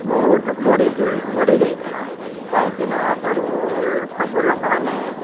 ବହୁତ ବଢ଼ି ବଢ଼ିଯାଇଥିଲା କାହିଁକିନା ଆଗରୁ ସବୁ ଲୋକମାନେ